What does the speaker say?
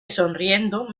sonriendo